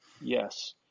Yes